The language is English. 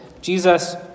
Jesus